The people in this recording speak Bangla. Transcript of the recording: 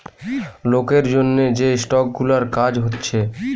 লোকের জন্যে যে স্টক গুলার কাজ হচ্ছে